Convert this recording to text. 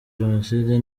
jenoside